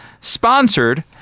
sponsored